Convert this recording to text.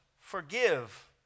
Forgive